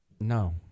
No